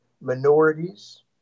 minorities